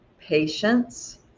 patience